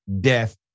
death